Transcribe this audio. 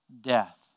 Death